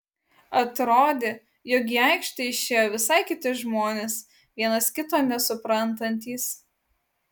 atrodė jog į aikštę išėjo visai kiti žmonės vienas kito nesuprantantys